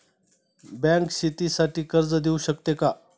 Bank शेतीसाठी कर्ज देऊ शकते का?